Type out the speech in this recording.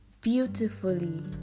beautifully